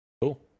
Cool